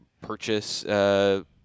purchase